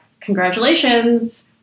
congratulations